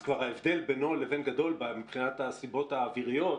אז ההבדל בינו לבין גדול מבחינת הסיבות האוויריות,